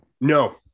No